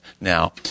now